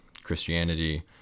christianity